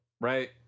right